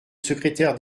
secrétaire